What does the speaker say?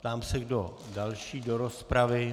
Ptám se, kdo další do rozpravy.